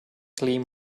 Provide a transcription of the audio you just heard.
clean